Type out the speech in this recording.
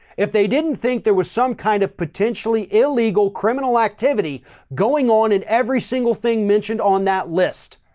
if they didn't think there was some kind of potentially illegal criminal activity going on in every single thing mentioned on that list.